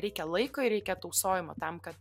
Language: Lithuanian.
reikia laiko ir reikia tausojimo tam kad